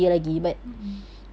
mm mm